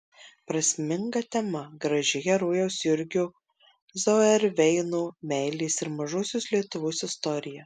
prasminga tema graži herojaus jurgio zauerveino meilės ir mažosios lietuvos istorija